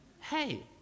hey